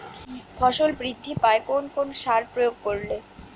ফসল বৃদ্ধি পায় কোন কোন সার প্রয়োগ করলে?